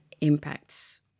impacts